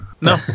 No